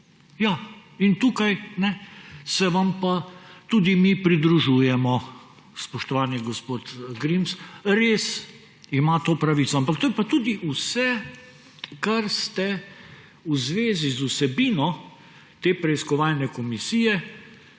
in tukaj se vam tudi mi pridružujemo, spoštovani gospod Grims, res ima to pravico. Ampak to je pa tudi vse, kar ste v zvezi z vsebino te preiskovalne komisije